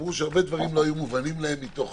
אמרו שהרבה דברים לא היו מובנים להם מתוך